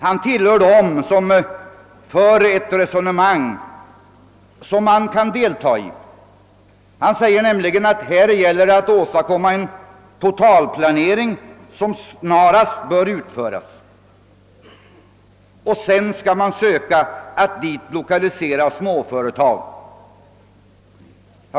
Han tillhör dem som för ett resonemang man kan delta i. Han säger nämligen att här gäller det att åstadkomma en totalplanering som snarast bör utföras, och sedan skall man söka att dit lokalisera småföretag.